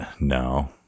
No